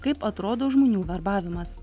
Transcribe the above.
kaip atrodo žmonių verbavimas